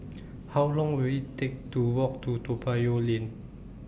How Long Will IT Take to Walk to Toa Payoh Lane